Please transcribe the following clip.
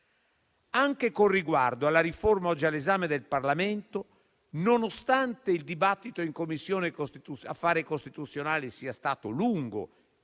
Anche con riguardo alla riforma oggi all'esame del Parlamento, nonostante il dibattito in Commissione affari costituzionali sia stato lungo